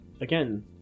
again